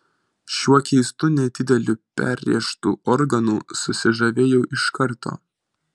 šiuo keistu nedideliu perrėžtu organu susižavėjau iš karto